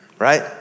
right